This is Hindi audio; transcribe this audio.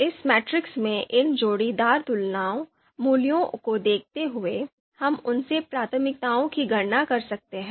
इस मैट्रिक्स में इन जोड़ीदार तुलनाओं मूल्यों को देखते हुए हम उनसे प्राथमिकताओं की गणना कर सकते हैं